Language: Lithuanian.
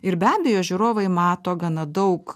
ir be abejo žiūrovai mato gana daug